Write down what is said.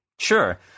Sure